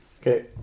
Okay